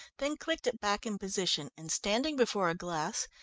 then clicked it back in position and standing before a glass,